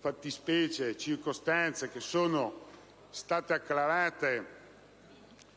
fattispecie e circostanze che sono stati acclarati